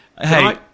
Hey